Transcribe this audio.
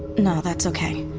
no, that's okay.